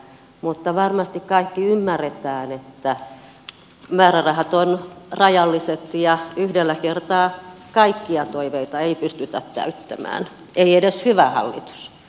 mutta varmasti kaikki ymmärrämme että määrärahat ovat rajalliset ja yhdellä kertaa kaikkia toiveita ei pystytä täyttämään ei edes hyvä hallitus